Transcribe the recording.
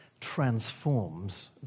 transforms